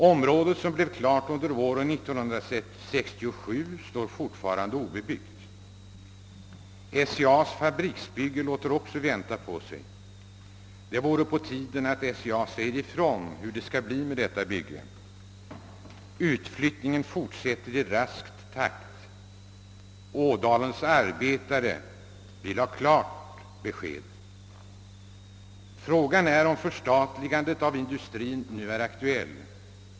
Området som blev klart under våren 1967 står obebyggt. SCA:s fabriksbygge låter också vänta på sig. Det vore på tiden att SCA säger ifrån hur det skall bli med detta bygge. Utflyttningen fortsätter i rask takt. Ådalens arbetare vill ha klart besked. — Frågan är om förstatligandet av industrin nu vore aktuell.